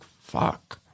fuck